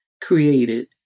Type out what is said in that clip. created